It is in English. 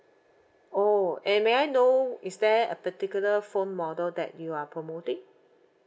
oh and may I know is there a particular phone model that you are promoting